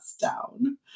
down